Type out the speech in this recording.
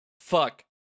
Fuck